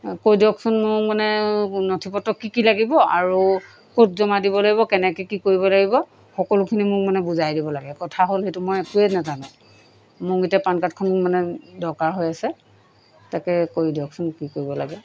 কৈ দিয়কচোন মোক মানে নথি পত্ৰ কি কি লাগিব আৰু ক'ত জমা দিব লাগিব কেনেকৈ কি কৰিব লাগিব সকলোখিনি মোক মানে বুজাই দিব লাগে কথা হ'ল সেইটো মই একোৱেই নাজানো মোক এতিয়া পান কাৰ্ডখন মানে দৰকাৰ হৈ আছে তাকে কৰি দিয়কচোন কি কৰিব লাগে